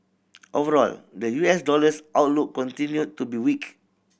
overall the U S dollar's outlook continued to be weak